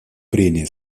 прения